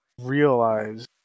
realize